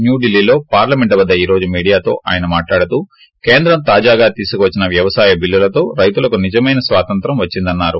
న్యూదిల్లీలో parliament వద్ద ఈ రోజు మీడియాతో అయన మాట్లాడుతూ కేంద్రం తాజాగా తీసుకోచ్చిన వ్యవసాయ బిల్లులతో రైతులకు నిజమైన స్వాతంత్ర్యం వచ్చిందన్నారు